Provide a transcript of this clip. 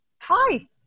Hi